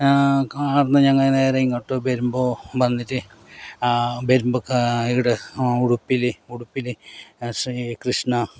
കാറിന് ഞാൻ നേരെ ഇങ്ങോട്ടു വരുമ്പോൾ വന്നിട്ട് വരുമ്പോൾ ഈടെ ഉടുപ്പിയിൽ ഉടുപ്പിയിൽ ശ്രീകൃഷ്ണ